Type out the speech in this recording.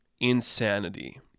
Insanity